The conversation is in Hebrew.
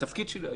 בתפקיד שלי היום,